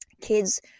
kids